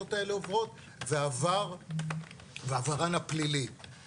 המטפלות האלה עוברות ועברן הפלילי.